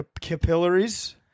capillaries